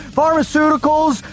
pharmaceuticals